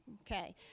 Okay